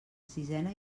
sisena